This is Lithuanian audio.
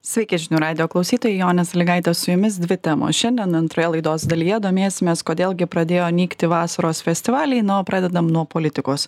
sveiki žinių radijo klausytojai jonė sąlygaitė su jumis dvi temos šiandien antroje laidos dalyje domėsimės kodėl gi pradėjo nykti vasaros festivaliai na o pradedam nuo politikos